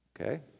okay